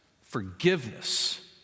forgiveness